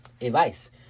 advice